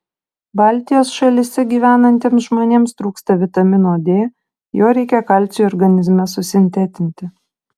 baltijos šalyse gyvenantiems žmonėms trūksta vitamino d jo reikia kalciui organizme susintetinti